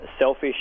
selfish